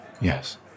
Yes